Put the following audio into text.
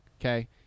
Okay